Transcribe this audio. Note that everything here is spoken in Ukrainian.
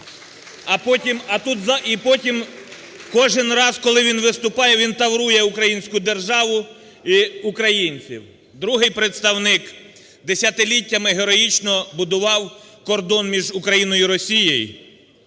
а потім кожен раз, коли він виступає – він таврує українську державу і українців. Другий представник десятиліттями героїчно будував кордон між Україною і Росією.